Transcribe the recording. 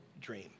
dream